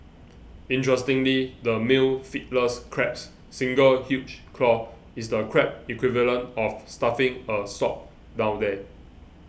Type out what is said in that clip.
interestingly the male Fiddlers Crab's single huge claw is the crab equivalent of stuffing a sock down there